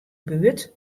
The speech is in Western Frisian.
buert